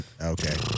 Okay